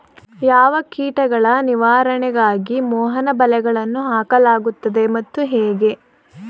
ಯಾವ ಕೀಟಗಳ ನಿವಾರಣೆಗಾಗಿ ಮೋಹನ ಬಲೆಗಳನ್ನು ಹಾಕಲಾಗುತ್ತದೆ ಮತ್ತು ಹೇಗೆ?